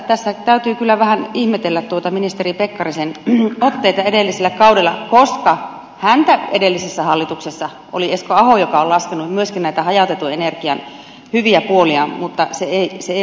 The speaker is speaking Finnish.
tässä täytyy kyllä vähän ihmetellä ministeri pekkarisen otteita edellisellä kaudella koska häntä edellisessä hallituksessa oli esko aho joka on laskenut myöskin näitä hajautetun energian hyviä puolia mutta se ei vain ole toteutunut